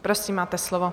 Prosím, máte slovo.